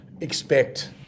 expect